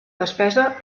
despesa